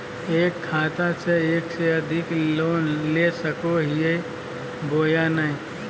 एक खाता से एक से अधिक लोन ले सको हियय बोया नय?